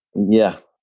yeah.